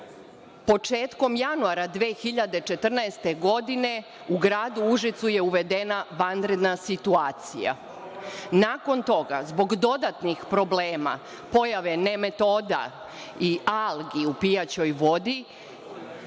početkom januara 2014. godine u gradu Užicu je uvedena vanredna situacija. Nakon toga, zbog dodatnih problema, pojave nemetoda i algi u pijaćoj vodi,